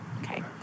Okay